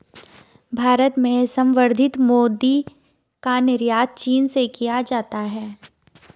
भारत में संवर्धित मोती का निर्यात चीन से किया जाता है